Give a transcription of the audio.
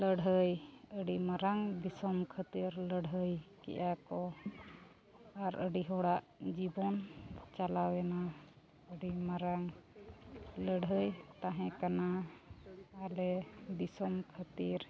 ᱞᱟᱹᱲᱦᱟᱹᱭ ᱟᱹᱰᱤ ᱢᱟᱨᱟᱝ ᱫᱤᱥᱚᱢ ᱠᱷᱟᱹᱛᱤᱨ ᱞᱟᱹᱲᱦᱟᱹᱭ ᱠᱮᱜᱼᱟ ᱠᱚ ᱟᱨ ᱟᱹᱰᱤ ᱦᱚᱲᱟᱜ ᱡᱤᱵᱚᱱ ᱪᱟᱞᱟᱣᱮᱱᱟ ᱟᱹᱰᱤ ᱢᱟᱨᱟᱝ ᱞᱟᱹᱲᱦᱟᱹᱭ ᱛᱟᱦᱮᱸ ᱠᱟᱱᱟ ᱟᱞᱮ ᱫᱤᱥᱚᱢ ᱠᱷᱟᱹᱛᱤᱨ